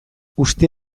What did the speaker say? uste